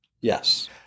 Yes